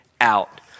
out